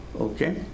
Okay